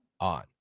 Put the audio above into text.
on